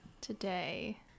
today